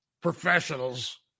professionals